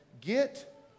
Get